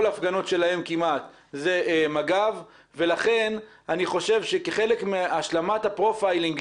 כל ההפגנות שלהם כמעט זה מג"ב ולכן אני חושב שכחלק מהשלמת הפרופיילינג,